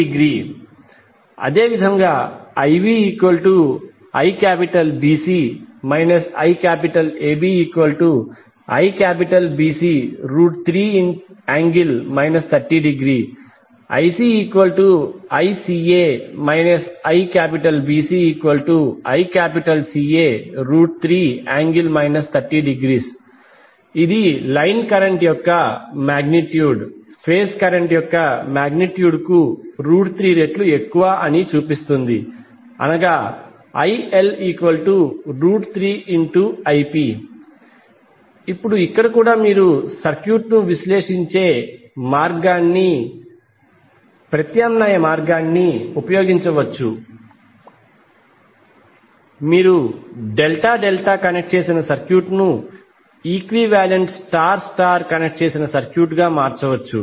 866IAB3∠ 30° అదే విధముగా IbIBC IABIBC3∠ 30° IcICA IBCICA3∠ 30° ఇది లైన్ కరెంట్ యొక్క మాగ్నిట్యూడ్ ఫేజ్ కరెంట్ యొక్క మాగ్నిట్యూడ్ కు 3 రెట్లు ఎక్కువ అని చూపిస్తుంది అనగా IL3Ip ఇప్పుడు ఇక్కడ కూడా మీరు సర్క్యూట్ను విశ్లేషించే ప్రత్యామ్నాయ మార్గాన్ని ఉపయోగించవచ్చు మీరు డెల్టా డెల్టా కనెక్ట్ చేసిన సర్క్యూట్ను ఈక్వివాలెంట్ స్టార్ స్టార్ కనెక్ట్ చేసిన సర్క్యూట్గా మార్చవచ్చు